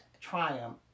triumph